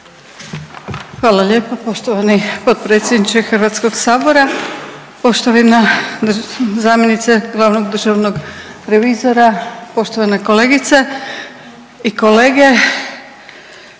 Hvala lijepa poštovani potpredsjedniče Hrvatskog sabora, poštovana zamjenice glavnog državnog revizora, poštovane kolegice i kolege.